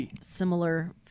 similar